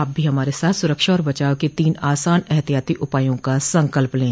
आप भी हमारे साथ सुरक्षा और बचाव के तीन आसान एहतियाती उपायों का संकल्पश लें